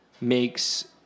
makes